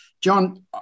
John